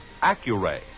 Accuray